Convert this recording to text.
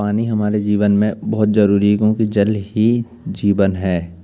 पानी हमारे जीवन में बहुत ज़रूरी है क्यूँकि जल ही जीवन है